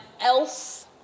else